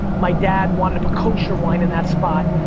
my dad wanted to put kosher wine in that spot,